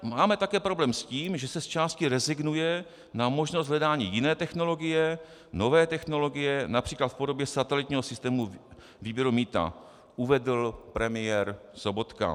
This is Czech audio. Máme také problém s tím, že se zčásti rezignuje na možnost hledání jiné technologie, nové technologie, například v podobě satelitního systému výběru mýta, uvedl premiér Sobotka.